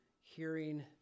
hearing